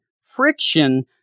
friction